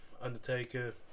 undertaker